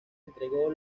entregó